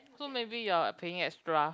so maybe you are paying extra